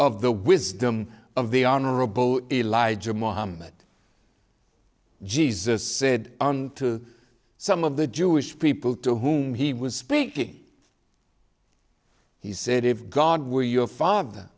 of the wisdom of the honorable elijah mohammed jesus said to some of the jewish people to whom he was speaking he said if god were your father